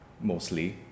Mostly